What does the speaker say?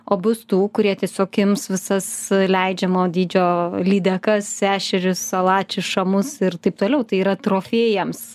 o bus tų kurie tiesiog ims visas leidžiamo dydžio lydekas ešerius salačius šamus ir taip toliau tai yra trofėjams